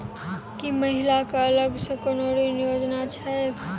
की महिला कऽ अलग सँ कोनो ऋण योजना छैक?